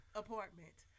apartment